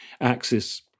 axis